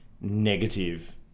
negative